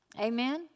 Amen